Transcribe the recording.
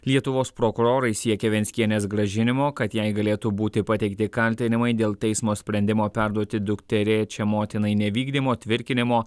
lietuvos prokurorai siekia venckienės grąžinimo kad jai galėtų būti pateikti kaltinimai dėl teismo sprendimo perduoti dukterėčią motinai nevykdymo tvirkinimo